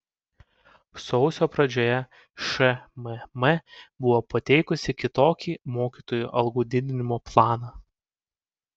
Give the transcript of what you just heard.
sausio pradžioje šmm buvo pateikusi kitokį mokytojų algų didinimo planą